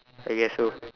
I guess so